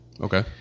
Okay